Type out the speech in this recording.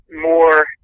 more